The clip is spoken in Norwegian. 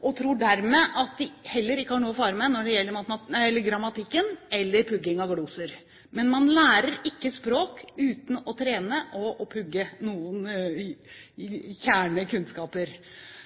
og dermed tror at de heller ikke har noe å fare med når det gjelder grammatikk eller pugging av gloser. Men man lærer ikke språk uten å trene og pugge noen